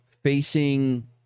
facing